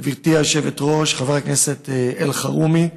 גברתי היושבת-ראש, חבר הכנסת אלחרומי,